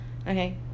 Okay